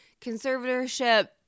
conservatorship